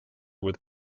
with